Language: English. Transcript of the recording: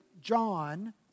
John